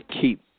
keep